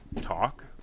talk